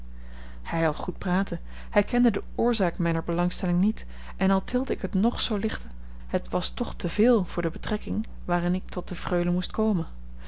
hij had goed praten hij kende de oorzaak mijner belangstelling niet en al tilde ik het ng zoo licht het was toch te veel voor de betrekking waarin ik tot de freule moest komen